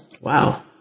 Wow